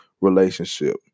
relationship